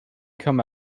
come